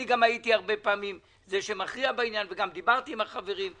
אני גם הייתי הרבה פעמים זה שמכריע בעניין וגם דיברתי עם החברים.